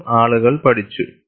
അതും ആളുകൾ പഠിച്ചു